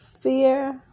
fear